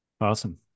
awesome